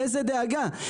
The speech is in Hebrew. לאיזה דאגה.